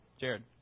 Jared